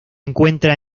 encuentra